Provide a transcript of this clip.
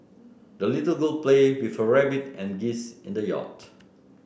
the little girl played before rabbit and geese in the yard